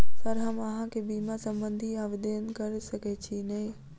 Sir हम अहाँ केँ बीमा संबधी आवेदन कैर सकै छी नै?